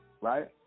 right